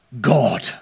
God